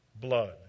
blood